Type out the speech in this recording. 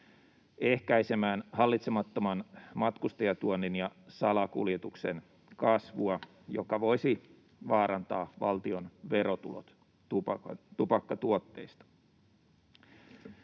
ehkäisemään hallitsemattoman matkustajatuonnin ja salakuljetuksen kasvua, joka voisi vaarantaa valtion verotulot tupakkatuotteista.